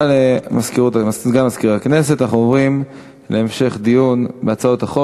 אנחנו עוברים להמשך דיון בהצעות החוק.